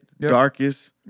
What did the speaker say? darkest